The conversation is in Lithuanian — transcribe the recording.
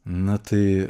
na tai